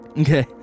Okay